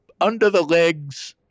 under-the-legs